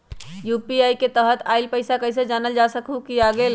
UPI के तहत आइल पैसा कईसे जानल जा सकहु की आ गेल?